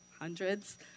hundreds